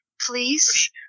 Please